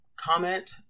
comment